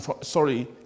sorry